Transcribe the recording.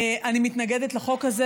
אני מתנגדת לחוק הזה.